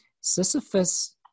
Sisyphus